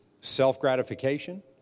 self-gratification